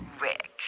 Rick